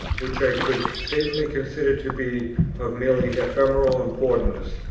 which i could safely consider to be of merely ephemeral importance,